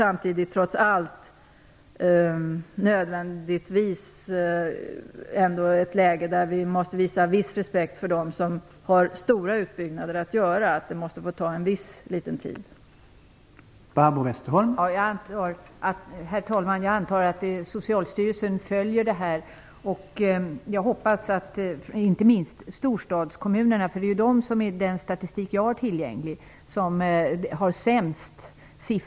Vi skall följa frågan, men vi måste samtidigt visa viss respekt för dem som har stora utbyggnader att göra. Dessa måste få ta en viss liten tid i anspråk.